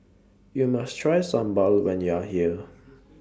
YOU must Try Sambal when YOU Are here